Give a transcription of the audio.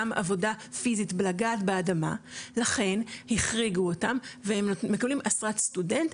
עבודה פיזית בלגעת באדמה ולכן החריגו אותם והם מקבלים אשרת סטודנט,